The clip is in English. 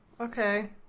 Okay